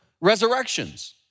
resurrections